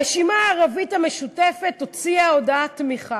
הרשימה הערבית המשותפת הוציאה הודעת תמיכה.